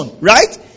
right